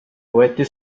võeti